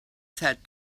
said